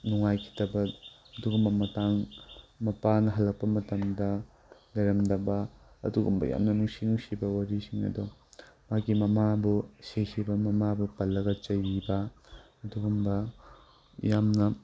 ꯅꯨꯡꯉꯥꯏꯈꯤꯗꯕ ꯑꯗꯨꯒꯨꯝꯕ ꯃꯇꯥꯡ ꯃꯄꯥꯅ ꯍꯜꯂꯛꯄ ꯃꯇꯝꯗ ꯂꯩꯔꯝꯗꯕ ꯑꯗꯨꯒꯨꯝꯕ ꯌꯥꯝꯅ ꯅꯨꯡꯁꯤ ꯅꯨꯡꯁꯤꯕ ꯋꯥꯔꯤꯁꯤꯡ ꯑꯗꯣ ꯃꯥꯒꯤ ꯃꯃꯥꯕꯨ ꯁꯤꯈꯤꯕ ꯃꯃꯥꯕꯨ ꯄꯜꯂꯒ ꯆꯩꯕꯤꯕ ꯑꯗꯨꯒꯨꯝꯕ ꯌꯥꯝꯅ